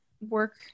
work